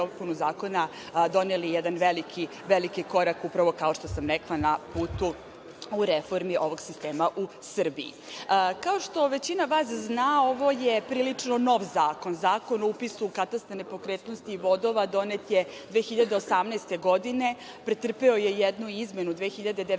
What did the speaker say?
dopunu zakona, doneli jedan veliki korak na putu u reformi ovog sistema u Srbiji. Kao što većina vas zna, ovo je prilično nov zakon. Zakon o upisu u katastar nepokretnosti i vodova donet je 2018. godine. Pretrpeo je jednu izmenu 2019.